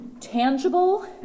tangible